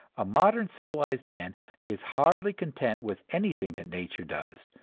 a modern civilized man is hardly content with anything that nature does,